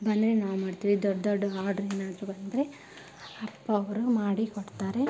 ಬಂದರೆ ನಾವು ಮಾಡ್ತೀವಿ ದೊಡ್ಡ ದೊಡ್ಡ ಆಡ್ರ್ ಏನಾದರೂ ಬಂದರೆ ಅಪ್ಪ ಅವರು ಮಾಡಿ ಕೊಡ್ತಾರೆ